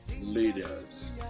leaders